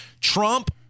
Trump